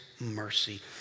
mercy